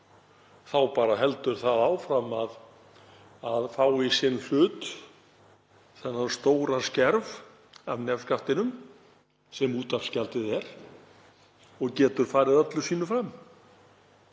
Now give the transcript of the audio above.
Þá bara heldur það áfram að fá í sinn hlut þann stóra skerf af nefskattinum sem útvarpsgjaldið er og getur farið öllu sínu fram.